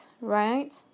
right